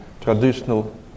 traditional